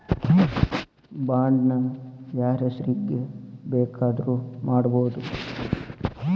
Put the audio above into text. Bond ನ ಯಾರ್ಹೆಸ್ರಿಗ್ ಬೆಕಾದ್ರುಮಾಡ್ಬೊದು?